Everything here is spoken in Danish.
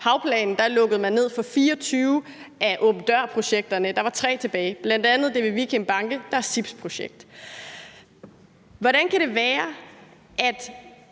havplanen lukkede man ned for 24 af åben dør-projekterne. Der var tre tilbage, bl.a. det ved Vikinge Banke, der er CIP's projekt. Hvordan kan det være, at